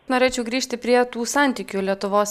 norėčiau grįžti prie tų santykių lietuvos